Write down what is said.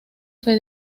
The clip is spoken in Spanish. fue